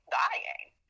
dying